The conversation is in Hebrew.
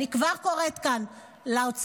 אני כבר קוראת כאן לאוצר,